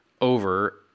over